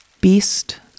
Beast